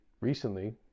recently